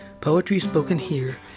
PoetrySpokenHere